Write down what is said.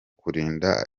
kurinda